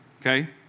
okay